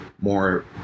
more